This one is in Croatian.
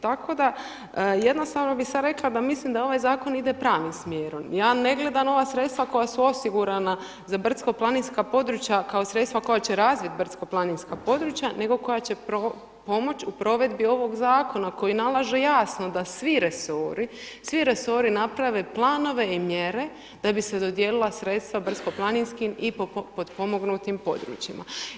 Tako da jednostavno bi sad rekla da mislim da ovaj zakon ide u pravom smjerom, ja ne gledam ova sredstva koja su osigurana za brdsko-planinska područja kao sredstva koja će razvit brdsko-planinska područja nego koja će pomoći u provedbi ovog zakona koji nalaže jasno da svi resori, svi resori naprave planove i mjere da bi se dodijelila sredstva brdsko-planinskim i potpomognutim područjima.